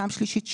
פעם שלישית שיטה.